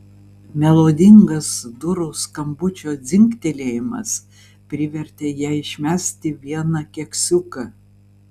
melodingas durų skambučio dzingtelėjimas privertė ją išmesti vieną keksiuką